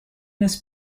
this